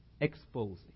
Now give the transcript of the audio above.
exposing